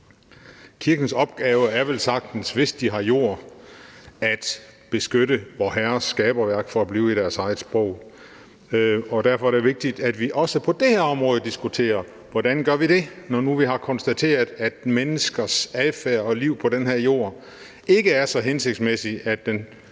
Kirkens opgave er velsagtens, hvis den har jord, at beskytte Vorherres skaberværk – for at blive i deres eget sprog. Og derfor er det vigtigt, at vi også på det her område diskuterer, hvordan vi gør det, når nu vi har konstateret, at menneskers adfærd og liv på den her jord ikke er så hensigtsmæssig,